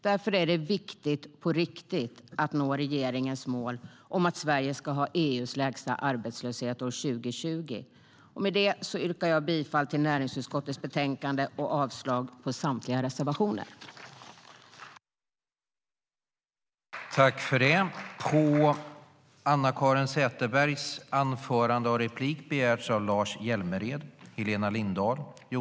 Därför är det viktigt på riktigt att nå regeringens mål om att Sverige ska ha EU:s lägsta arbetslöshet år 2020.